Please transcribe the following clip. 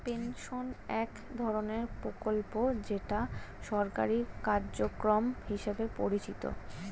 pension এক ধরনের প্রকল্প যেটা সরকারি কার্যক্রম হিসেবে পরিচিত